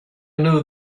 knew